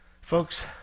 Folks